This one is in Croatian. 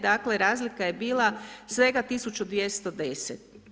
Dakle, razlika je bila svega 1210.